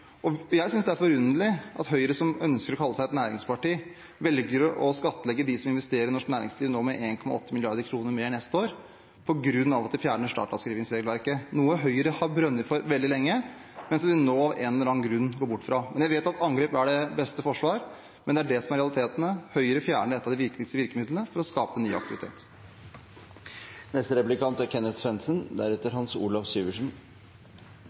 nyinvesteringer. Jeg synes det er forunderlig at Høyre, som ønsker å kalle seg et næringsparti, nå velger å skattlegge dem som investerer i norsk næringsliv, med 1,8 mrd. kr mer neste år ved at de fjerner startavskrivingsregelverket, noe Høyre har brent for veldig lenge, men som de nå av en eller annen grunn går bort fra. Jeg vet at angrep er det beste forsvar, men det er dette som er realitetene. Høyre fjerner et av de viktigste virkemidlene for å skape ny aktivitet.